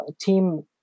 team